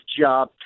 job